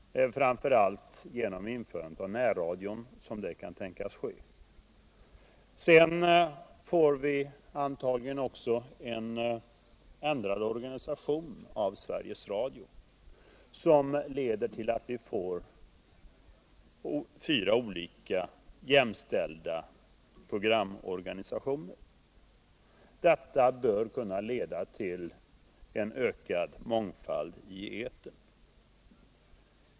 Det är framför allt genom införandet av närradion som det kan tänkas ske. Sedan får vi antagligen också en ändrad organisation av Sveriges Radio, vilken innebär att vi får fyra olika jämställda programorganisationer. Detta bör kunna leda till en ökad mångfald i etern.